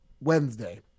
Wednesday